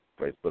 Facebook